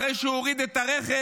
אחרי שהוא הוריד את הרכב,